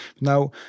Now